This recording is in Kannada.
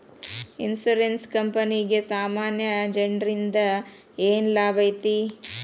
ಇನ್ಸುರೆನ್ಸ್ ಕ್ಂಪನಿಗೆ ಸಾಮಾನ್ಯ ಜನ್ರಿಂದಾ ಏನ್ ಲಾಭೈತಿ?